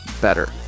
better